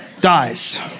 dies